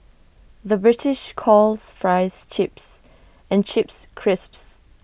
the British calls Fries Chips and Chips Crisps